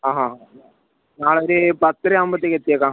ആ ആ നാളെ ഒരു പത്തരയാവുമ്പോഴത്തേക്ക് എത്തിയേക്കാം